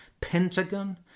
Pentagon